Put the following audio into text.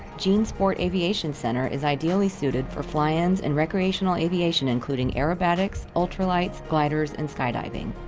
jean sport aviation center is ideally suited for fly-ins and recreational aviation including aerobatic, ultralights, gliders, and skydiving.